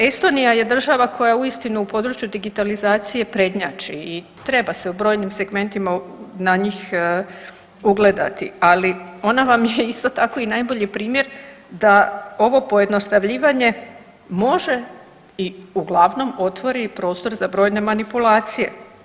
Estonija je država koja uistinu u području digitalizacije prednjači i treba se u brojnim segmentima na njih ugledati, ali ona vam je isto tako i najbolji primjer da ovo pojednostavljivanje može i uglavnom otvori i prostor za brojne manipulacije.